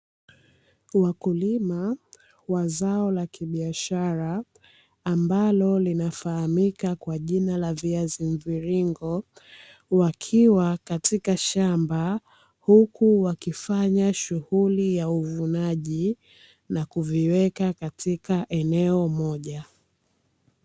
Wakulima wa zao la kibiashara, ambalo linafahamika kwa jina la viazi mviringo wakiwa katika shamba huku wakifanya shughuli ya uvunaji na kuviweka katika eneo moja.